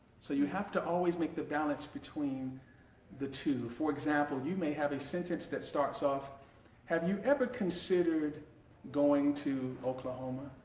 so you have to always make the balance between between the two for example, you may have a sentence that starts off have you ever considered going to oklahoma?